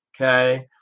okay